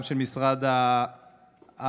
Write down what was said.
גם של משרד החינוך,